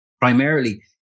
primarily